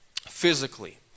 physically